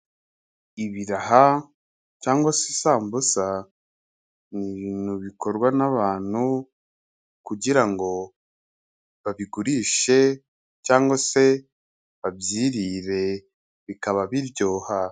Ibiraha cyangwa se isambusa ni ibintu bikorwa n'abantu kugira ngo babigurishe cyangwa se babyirire bikaba biryoha.